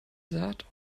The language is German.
saat